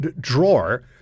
drawer